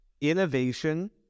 innovation